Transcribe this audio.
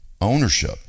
ownership